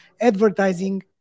advertising